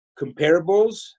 comparables